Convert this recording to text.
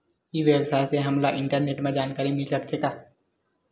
ई व्यवसाय से हमन ला इंटरनेट मा जानकारी मिल सकथे का?